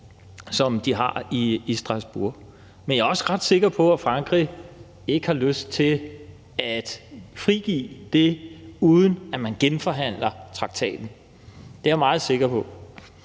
som de har i Strasbourg. Men jeg er også ret sikker på, at Frankrig ikke har lyst til at frigive det, uden at man genforhandler traktaten. Det er jeg meget sikker på.